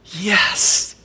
Yes